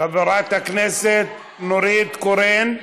חברת הכנסת נורית קורן?